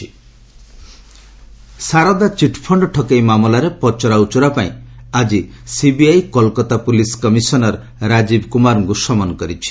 CBI Saradha chit fund Saradha chit fund ଠକେଇ ମାମଲାରେ ପଚରା ଉଚରା ପାଇଁ ଆଜି CBI Kolkata police commissioner Rajeev କୁମାରଙ୍କୁ ସମନ୍ କରିଛି